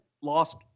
lost